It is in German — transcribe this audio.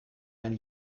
den